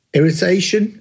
Irritation